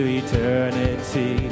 eternity